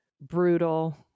brutal